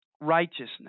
righteousness